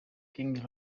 king